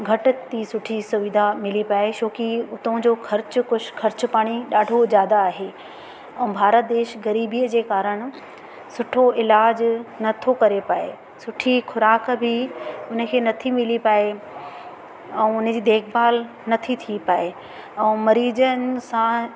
घटि थी सुठी सुविधा मिली पाई छो की हुतां जो ख़र्चु कुझु ख़र्चु पाणी ॾाढो ज़्यादा आहे ऐं भारत देश ग़रीबीअ जे कारणु सुठो इलाजु नथो करे पाए सुठी ख़ोराक बि उन खे नथी मिली पाए ऐं उन जी देखभालु नथी थी पाए ऐं मरीज़नि सां